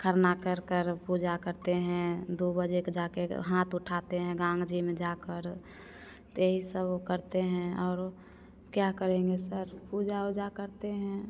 खरना कर कर पूजा करते हैं दो बजे के जाकर हाथ उठाते हैं गंगा जी में जाकर तो यही सब वो करते हैं और क्या करेंगे सर पूजा उजा करते हैं